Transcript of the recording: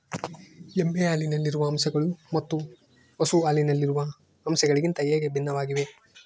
ಎಮ್ಮೆ ಹಾಲಿನಲ್ಲಿರುವ ಅಂಶಗಳು ಮತ್ತು ಹಸು ಹಾಲಿನಲ್ಲಿರುವ ಅಂಶಗಳಿಗಿಂತ ಹೇಗೆ ಭಿನ್ನವಾಗಿವೆ?